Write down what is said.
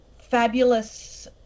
fabulous